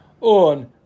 on